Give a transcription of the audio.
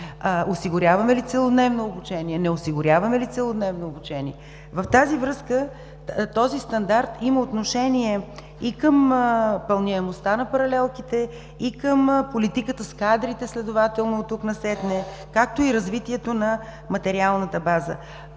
осигуряваме ли целодневно обучение, не осигуряваме ли целодневно обучение? В тази връзка този стандарт има отношение и към пълняемостта на паралелките, и към политиката с кадрите следователно от тук насетне, както и развитието на материалната база.